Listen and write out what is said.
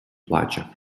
плаче